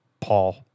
Paul